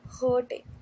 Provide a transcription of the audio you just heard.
hurting